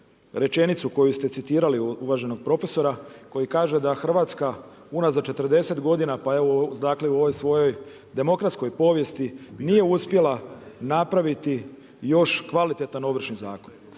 rečenicu koju ste citirali od uvaženog profesora, koja kaže da Hrvatska unazad 40 godina, pa evo u ovoj svojoj demokratskoj povijesti nije uspjela napraviti još kvalitetan ovršni zakon.